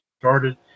started